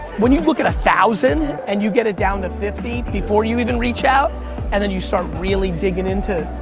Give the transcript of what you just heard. when you look at a thousand and you get it down to fifty before you even reach out and then you start really digging into,